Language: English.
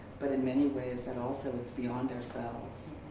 but in many ways that also it's beyond ourselves.